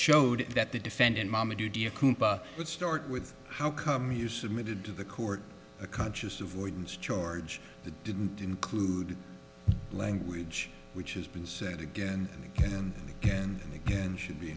showed that the defendant would start with how come you submitted to the court a conscious avoidance george that didn't include language which has been said again and again and again and again should be